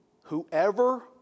Whoever